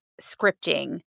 scripting